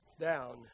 down